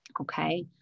okay